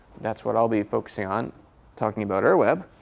that's what i'll be focusing on talking about ur web.